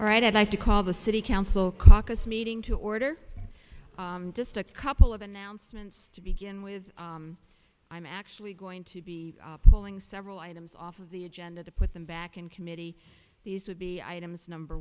right i'd like to call the city council caucus meeting to order just a couple of announcements to begin with i'm actually going to be pulling several items off of the agenda to put them back in committee these would be items number